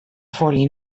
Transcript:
foli